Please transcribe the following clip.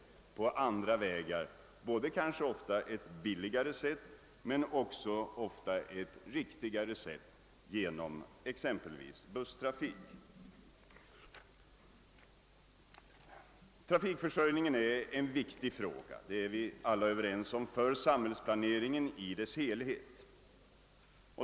Busstrafik är ofta både billigare och riktigare än järnvägstrafik i dylika fall. Trafikförsörjningen är en viktig fråga — det är vi alla överens om — för samhällsplaneringen i dess helhet.